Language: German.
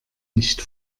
nicht